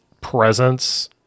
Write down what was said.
presence